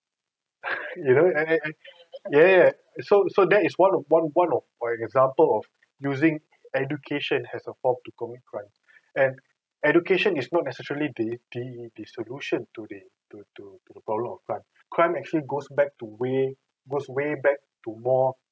you know and ya ya ya so so that is one of one one of for example of using education as a form to commit crime and education is not necessarily beneath the the solution to the to to to the problem of crime crime actually goes back to way goes way back to more